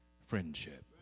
friendship